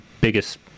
biggest